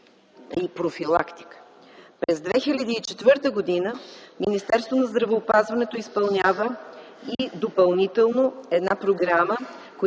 и профилактика. През 2004 г. Министерството на здравеопазването изпълнява и допълнително една програма,